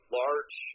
large